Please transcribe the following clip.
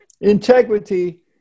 Integrity